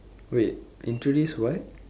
wait in today's what